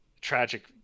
Tragic